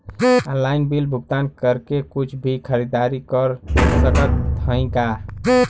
Online bill भुगतान करके कुछ भी खरीदारी कर सकत हई का?